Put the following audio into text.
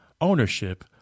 ownership